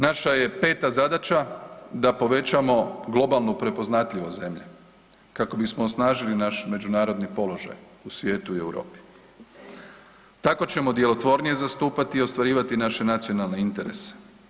Naša je 5. zadaća da prepoznamo globalnu prepoznatljivost zemlje kako bismo osnažili naš međunarodni položaj u svijetu i Europi, tako ćemo djelotvornije zastupati i ostvarivati naše nacionalne interese.